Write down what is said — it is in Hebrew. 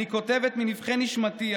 אני כותבת מנבכי נשמתי,